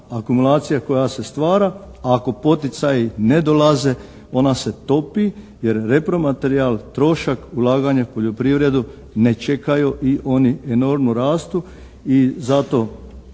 akumulacija koja se stvara ako poticaji ne dolaze ona se topi, jer repromaterijal, trošak ulaganja u poljoprivredu ne čekaju i oni enormno rastu i zato